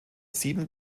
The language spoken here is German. sieben